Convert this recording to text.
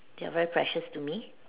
they are very precious to me